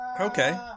Okay